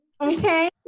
Okay